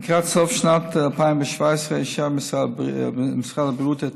לקראת סוף שנת 2017 אישר משרד הבריאות את